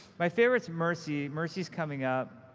my favorite's mercy. mercy's coming up.